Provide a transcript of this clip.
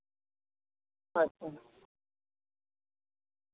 ᱟᱪᱪᱷᱟ